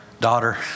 daughter